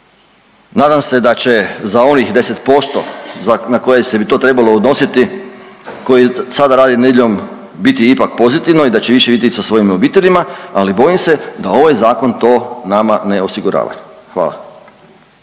Nadam se da će za onih 10% na koje bi se to trebalo odnositi, koji sada rade nedjeljom, biti ipak pozitivno i da će više biti sa svojim obiteljima, ali bojim se da ovaj zakon to nama ne osigurava, hvala.